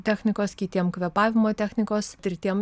technikos kitiem kvėpavimo technikos tretiem